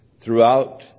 throughout